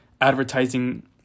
advertising